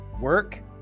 work